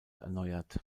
erneuert